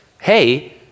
hey